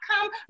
come